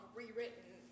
rewritten